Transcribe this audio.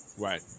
Right